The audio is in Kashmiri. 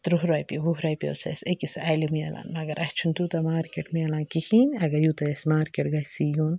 تٕرٛہ رۄپیہِ وُہ رۄپیہِ حٕظ چھِ اسہِ أکِس اَلہِ ملان مَگر اسہِ چھُنہٕ تِیوٗتاہ مارکٮ۪ٹ ملان کِہیٖنۍ مگر یوٗتاہ اسہِ مارکٮ۪ٹ گَژھِ یُن